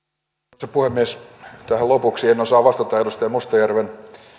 arvoisa puhemies tähän lopuksi en osaa vastata edustaja mustajärven